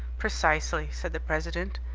precisely, said the president,